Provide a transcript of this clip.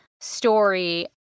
story